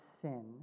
sin